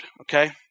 okay